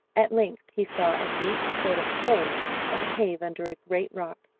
at length he saw a deep sort of hole or cave under a great rock,